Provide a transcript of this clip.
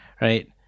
right